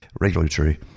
regulatory